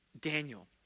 Daniel